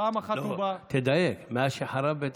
פעם אחת הוא בא, לא, תדייק, מאז שחרב בית